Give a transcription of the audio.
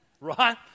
Right